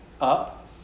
up